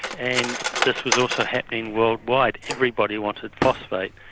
and this was also happening worldwide. everybody wanted phosphate.